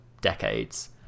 decades